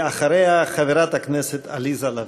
אחריה, חברת הכנסת עליזה לביא.